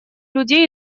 людей